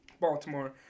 baltimore